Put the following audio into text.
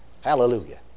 Hallelujah